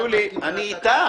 שולי, אני איתך.